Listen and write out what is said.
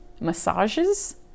massages